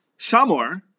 Shamor